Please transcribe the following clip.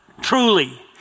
truly